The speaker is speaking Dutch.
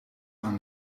aan